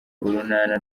urunana